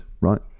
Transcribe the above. right